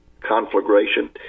conflagration